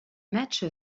match